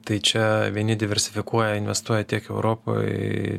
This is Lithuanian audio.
tai čia vieni diversifikuoja investuoja tiek europoj